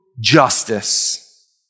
Justice